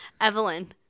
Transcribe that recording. Evelyn